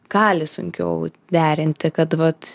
gali sunkiau derinti kad vat